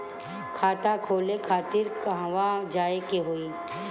खाता खोले खातिर कहवा जाए के होइ?